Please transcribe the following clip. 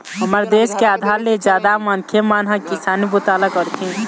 हमर देश के आधा ले जादा मनखे मन ह किसानी बूता ल करथे